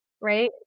right